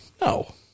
No